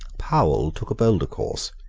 powell took a bolder course.